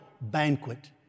banquet